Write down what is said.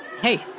Hey